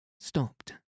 stopped